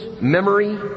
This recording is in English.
memory